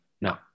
no